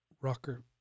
Rocker